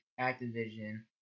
Activision